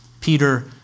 Peter